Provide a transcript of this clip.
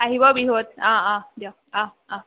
আহিব বিহুত অঁ অঁ দিয়ক অঁ অঁ